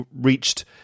reached